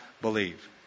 believe